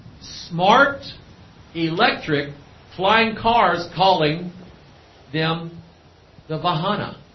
smart electric flying cars calling them the vahana